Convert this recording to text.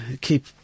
keep